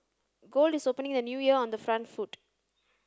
gold is opening the new year on the front foot